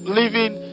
living